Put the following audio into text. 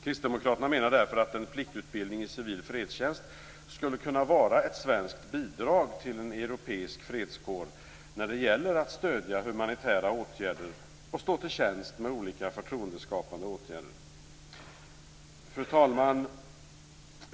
Kristdemokraterna menar därför att en pliktutbildning i civil fredstjänst skulle kunna vara ett svenskt bidrag till en europeisk fredskår när det gäller att stödja humanitära åtgärder och stå till tjänst med olika förtroendeskapande åtgärder. Fru talman!